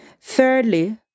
Thirdly